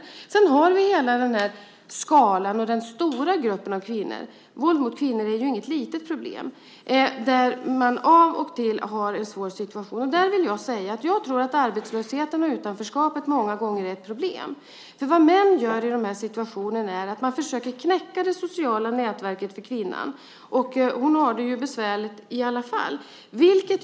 Men sedan har vi hela skalan, den stora gruppen av kvinnor som av och till har en svår situation. Våld mot kvinnor är ju inget litet problem. Jag tror att arbetslösheten och utanförskapet många gånger är ett problem. Vad mannen gör i dessa situationer är att försöka knäcka det sociala nätverket för kvinnan som redan har det besvärligt.